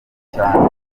cyane